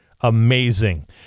Amazing